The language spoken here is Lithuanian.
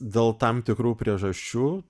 dėl tam tikrų priežasčių